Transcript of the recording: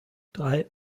drei